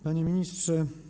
Panie Ministrze!